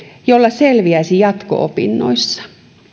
jolla selviäisi jatko opinnoissa